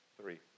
Three